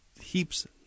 heaps